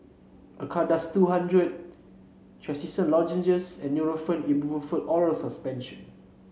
Acardust two hundred Trachisan Lozenges and Nurofen Ibuprofen Oral Suspension